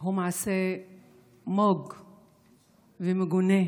הוא מעשה מוג ומגונה,